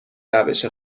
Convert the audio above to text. روش